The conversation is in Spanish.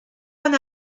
con